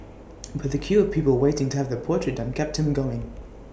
but the queue of people waiting to have their portrait done kept him going